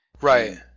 Right